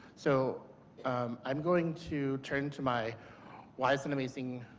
so i'm going to turn to my wise and amazing